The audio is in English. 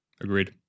Agreed